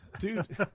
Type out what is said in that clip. Dude